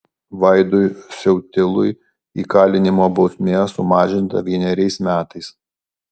vaidui siautilui įkalinimo bausmė sumažinta vieneriais metais